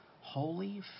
Holy